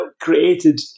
created